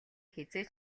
хэзээ